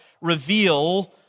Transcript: reveal